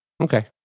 Okay